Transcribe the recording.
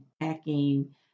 packing